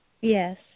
yes